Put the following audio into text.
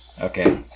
Okay